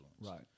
Right